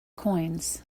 coins